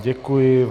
Děkuji.